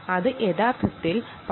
അത് യഥാർത്ഥത്തിൽ 10 സെക്കൻഡ് ആണ്